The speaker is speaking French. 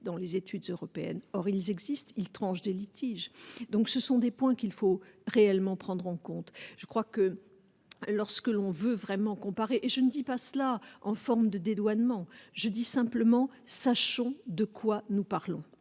dans les études européennes, or ils existent, ils tranchent des litiges, donc ce sont des points qu'il faut réellement prendre en compte, je crois que lorsque l'on veut vraiment comparer et je ne dis pas cela en forme de dédouanement, je dis simplement, sachons de quoi nous parlons,